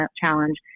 challenge